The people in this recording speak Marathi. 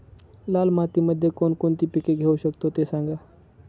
लाल मातीमध्ये कोणकोणती पिके घेऊ शकतो, ते सांगा